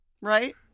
right